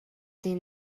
این